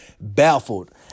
baffled